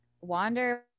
wander